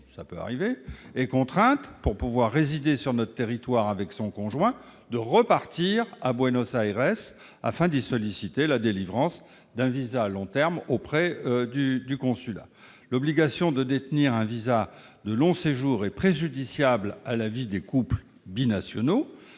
au Mexique est contrainte, pour pouvoir résider sur notre territoire avec son conjoint, de repartir à Buenos Aires afin d'y solliciter la délivrance d'un visa de long séjour auprès du consulat. L'obligation de détenir un visa de long séjour est préjudiciable à la vie des couples binationaux.